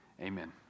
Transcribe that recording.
Amen